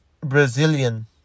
brazilian